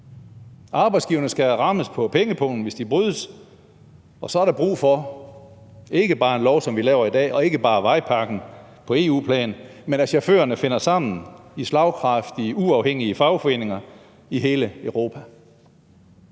Arbejdsgiverne skal rammes på pengepungen, hvis reglerne brydes, og så er der brug for ikke bare en lovgivning som den, vi gennemfører i dag, og ikke bare vejpakken på EU-plan, men for at chaufførerne finder sammen i slagkraftige, uafhængige fagforeninger i hele Europa.